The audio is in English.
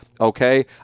okay